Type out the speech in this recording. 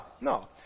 no